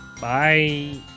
Bye